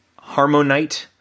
Harmonite